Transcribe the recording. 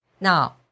Now